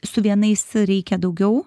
su vienais reikia daugiau